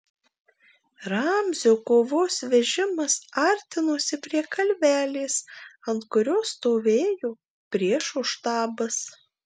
ramzio kovos vežimas artinosi prie kalvelės ant kurios stovėjo priešo štabas